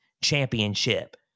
championship